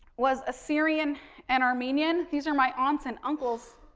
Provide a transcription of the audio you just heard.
was assyrian and armenian. these are my aunts and uncles.